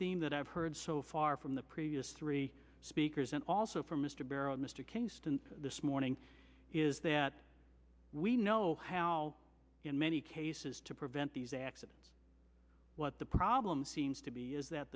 theme that i've heard so far from the previous three speakers and also from mr barrett mr kingston this morning is that we know how in many cases to prevent these accidents what the problem seems to be is that